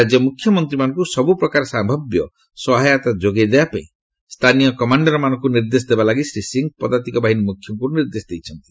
ରାଜ୍ୟ ମୁଖ୍ୟମନ୍ତ୍ରୀମାନଙ୍କୁ ସବୁପ୍ରକାର ସ୍ଥାବ୍ୟ ସହାୟତା ଯୋଗାଇଦେବାପାଇଁ ସ୍ଥାନୀୟ କମାଣ୍ଡରମାନଙ୍କୁ ନିର୍ଦ୍ଦେଶ ଦେବାଲାଗି ଶ୍ରୀ ସିଂହ ପଦାତିକ ବାହିନୀ ମୁଖ୍ୟଙ୍କୁ ନିର୍ଦ୍ଦେଶ ଦେଇଛନ୍ତି